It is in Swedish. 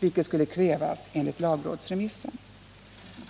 vilket skulle krävas enligt lagrådsremissen?